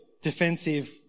defensive